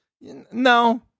No